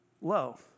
low